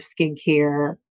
skincare